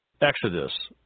Exodus